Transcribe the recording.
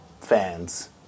fans